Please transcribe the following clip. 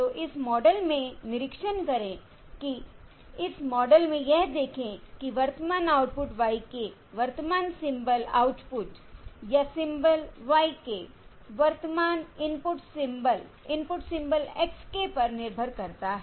तो इस मॉडल में निरीक्षण करें कि इस मॉडल में यह देखें कि वर्तमान आउटपुट y k वर्तमान सिंबल आउटपुट या सिंबल y k वर्तमान input symbol input symbol x k पर निर्भर करता है